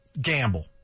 gamble